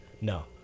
no